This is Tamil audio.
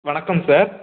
வணக்கம் சார்